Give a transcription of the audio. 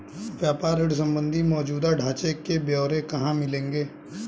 व्यापार ऋण संबंधी मौजूदा ढांचे के ब्यौरे कहाँ मिलेंगे?